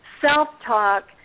self-talk